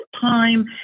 time